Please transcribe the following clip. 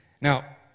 Now